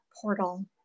portal